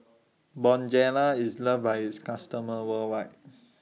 Bonjela IS loved By its customers worldwide